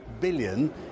billion